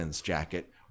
jacket